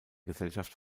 gesellschaft